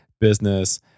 business